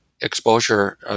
exposure